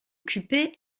occupait